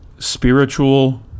Spiritual